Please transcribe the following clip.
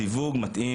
סיווג מתאים,